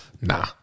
Nah